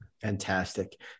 Fantastic